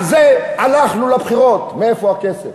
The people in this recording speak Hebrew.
על זה הלכנו לבחירות, מאיפה הכסף.